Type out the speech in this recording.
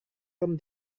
tom